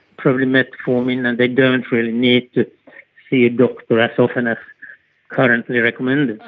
probably metformin and they don't really need to see a doctor as often as currently recommended.